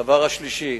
דבר שלישי,